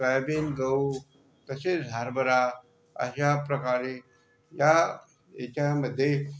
soybean गहू तसेच हरभरा अशाप्रकारे या याच्यामध्ये